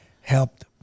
helped